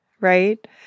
right